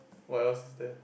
what else there